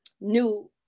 new